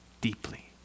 deeply